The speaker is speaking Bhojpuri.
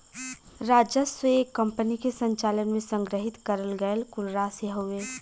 राजस्व एक कंपनी के संचालन में संग्रहित करल गयल कुल राशि हउवे